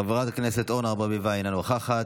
חברת הכנסת אורנה ברביבאי, אינה נוכחת,